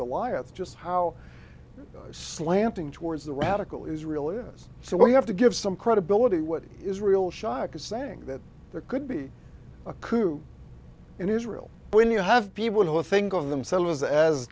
goliath just how slanting towards the radical israel is so we have to give some credibility what israel shock is saying that there could be a coup in israel when you have people who think of themselves as